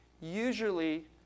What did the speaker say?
Usually